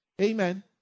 Amen